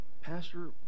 Pastor